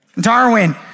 Darwin